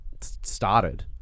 started